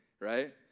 right